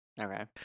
Okay